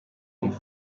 wumva